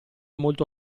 molto